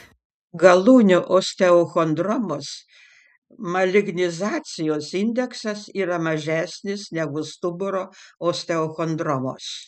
galūnių osteochondromos malignizacijos indeksas yra mažesnis negu stuburo osteochondromos